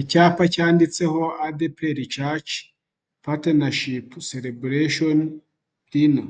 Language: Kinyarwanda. Icyapa cyanditseho adeperi caci patenashipu selebureshoni dina,